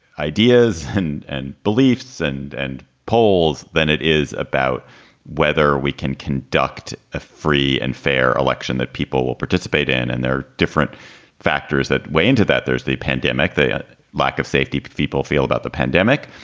ideas and and beliefs and and polls than it is about whether we can conduct a free and fair election that people will participate in. and there are different factors that went into that. there's the pandemic, the lack of safety people feel about the pandemic,